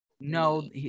No